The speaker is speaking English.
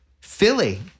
Philly